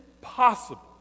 possible